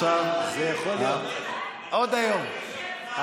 אני רוצה להבין, מי נמצא על ספת הטיפולים?